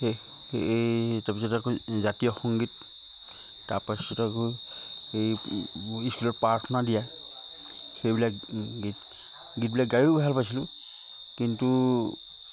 সেই তাৰপিছত আকৌ জাতীয় সংগীত তাৰপিছত আকৌ এই ইস্কুলত প্ৰাৰ্থনা দিয়া সেইবিলাক গীত গীতবিলাক গায়ো ভাল পাইছিলোঁ কিন্তু